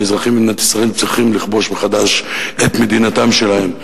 האזרחים במדינת ישראל צריכים לכבוש מחדש את מדינתם שלהם.